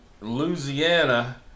louisiana